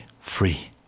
free